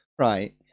right